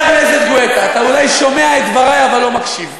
אתה אולי שומע את דברי אבל לא מקשיב.